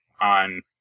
on